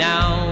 Now